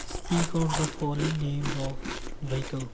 speak out the following names of vehicle